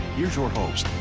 here's your host,